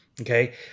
Okay